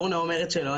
אורנה אומרת שלא.